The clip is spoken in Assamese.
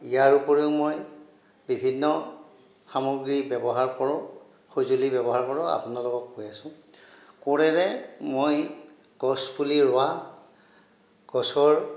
ইয়াৰ উপৰিও মই বিভিন্ন সামগ্ৰী ব্যৱহাৰ কৰোঁ সঁজুলি ব্যৱহাৰ কৰোঁ আপোনালোকক কৈ আছোঁ কোৰেৰে মই গছপুলি ৰোৱা গছৰ